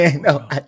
no